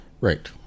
Right